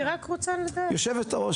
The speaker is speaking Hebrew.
אני רק רוצה לדעת --- היושבת-ראש,